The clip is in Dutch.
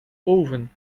oven